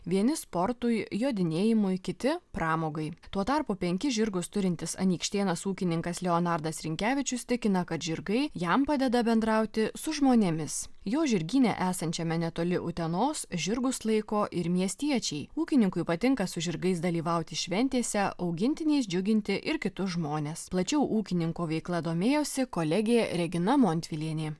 vieni sportui jodinėjimui kiti pramogai tuo tarpu penkis žirgus turintis anykštėnas ūkininkas leonardas rinkevičius tikina kad žirgai jam padeda bendrauti su žmonėmis jo žirgyne esančiame netoli utenos žirgus laiko ir miestiečiai ūkininkui patinka su žirgais dalyvauti šventėse augintiniais džiuginti ir kitus žmones plačiau ūkininko veikla domėjosi kolegė regina montvilienė